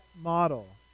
model